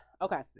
Okay